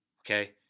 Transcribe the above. Okay